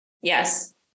Yes